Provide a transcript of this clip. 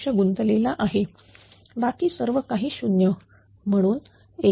गुंतलेला आहे बाकी सर्व काही 0 म्हणून x1